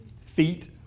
Feet